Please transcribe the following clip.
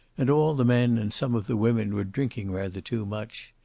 and all the men and some of the women were drinking rather too much.